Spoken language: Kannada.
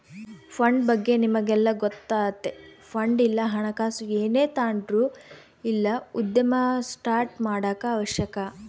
ಫಂಡ್ ಬಗ್ಗೆ ನಮಿಗೆಲ್ಲ ಗೊತ್ತತೆ ಫಂಡ್ ಇಲ್ಲ ಹಣಕಾಸು ಏನೇ ತಾಂಡ್ರು ಇಲ್ಲ ಉದ್ಯಮ ಸ್ಟಾರ್ಟ್ ಮಾಡಾಕ ಅವಶ್ಯಕ